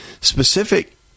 specific